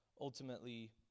ultimately